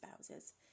spouses